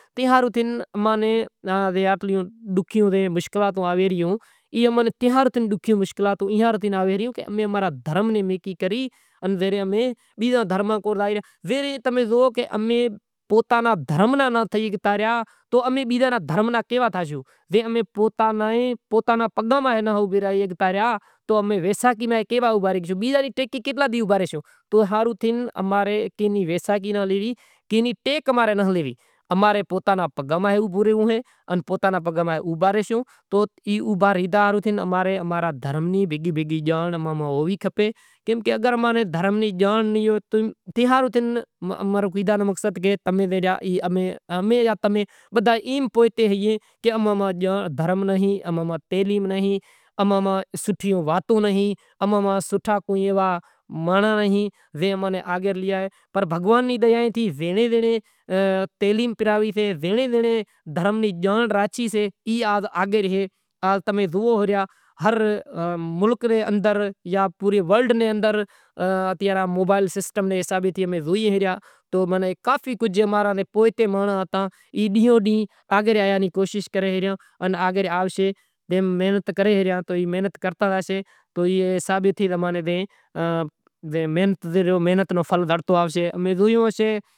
ای ہاروں تھے اماں نے ڈوکھیو سے مشکلاتوں آوے ریوں ای اماں دھرم نی کری تمیں زوں امیں پوتاں ناں دھرم ناں تھئی تو بیزے نے دھرم ناں کیوا تھاسوں۔ یا اگر رکھڑل قوم ہتی جکے نو کو نام کو نشان ناں ہتو پر بھگوان نو شکر سے کہ آز امیں ہندو ایں بدہا ورہایل ایں۔ وری اوئیں تو اوئیں وڑی گھوموا زایاں بئے چار زنڑی ہوئیسیں گھوموا زائیں پسے آ وڑی گھریں وڑی رات پڑے گھر نو کام کراں وڑی رانڑی باغ زاں وڑی شیتا ماتا میں زاں وڑی زان ہوئے تو زان میں زایاں کانہوڑو ہوئے تو رانت رماں ڈھولے رماں مناواں کوئی لولیوں کراں شیتل ماتا ہوئے تو بھت بت راندھاں ریت رسم کراں۔ کانہوڑا را دہاڑا آوے تو ڈھولا رماں ہولی آوے تو ہولی رمیں دیواڑی آوے تو پھٹاکا پھوڑیں ہرکو مٹھائی لے زایاں کوئی ننڑند آوے گھرے تو روٹلا بوٹلا کراں ایئے ناں روٹلا کری کھوراڑاں ڈیاڑی ماتھے کانہوڑا ماتھے ای بدہیوں زیواکر آویں امیں زایاں